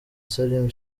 salim